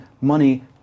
money